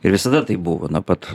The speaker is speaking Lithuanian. ir visada tai buvo nuo pat